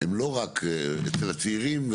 הם לא רק אצל הצעירים,